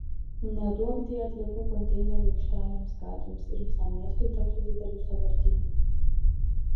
neduokdie atliekų konteinerių aikštelėms gatvėms ir visam miestui tapti dideliu sąvartynu